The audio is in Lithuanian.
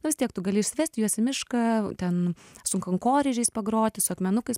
nu vis tiek tu gali išsivest juos į mišką ten su kankorėžiais pagroti su akmenukais